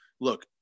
look